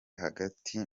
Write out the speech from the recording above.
hagati